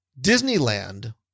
Disneyland